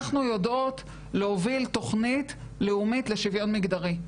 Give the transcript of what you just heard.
אנחנו יודעות להוביל תכנית לאומית לשוויון מגדרי.